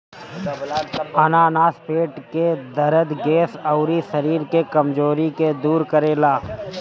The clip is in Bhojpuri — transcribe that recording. अनानास पेट के दरद, गैस, अउरी शरीर के कमज़ोरी के दूर करेला